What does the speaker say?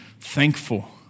thankful